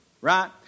right